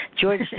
George